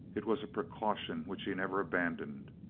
it was a precaution which he never abandoned,